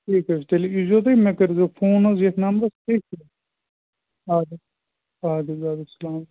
ٹھیٖک حظ چھُ تیٚلہِ ییٖزیو تُہۍ مےٚ کٔرۍزیٚو فون حظ ییٚتھۍ نمبرَس ٹھیٖک چھا اَدٕ حظ اَدٕ حظ سلامُ